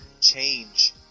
change